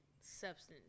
substance